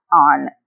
on